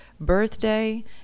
birthday